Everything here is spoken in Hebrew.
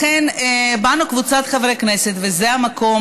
לכן באנו קבוצת חברי הכנסת, וזה המקום